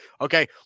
Okay